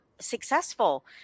successful